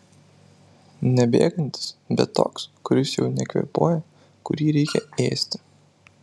ne bėgantis bet toks kuris jau nekvėpuoja kurį reikia ėsti